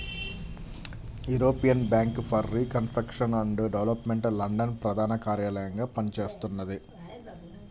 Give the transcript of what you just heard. European Bank for Reconstruction and Development London ప్రధాన కార్యాలయంగా పనిచేస్తున్నది